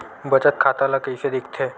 बचत खाता ला कइसे दिखथे?